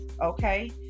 okay